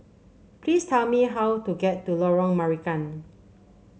please tell me how to get to Lorong Marican